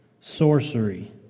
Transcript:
sorcery